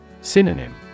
Synonym